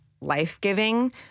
life-giving